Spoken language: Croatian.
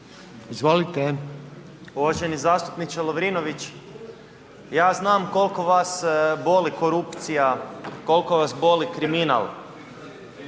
(SIP)** Uvaženi zastupniče Lovrinović. Ja znam koliko vas boli korupcija, koliko vas boli kriminal.